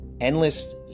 endless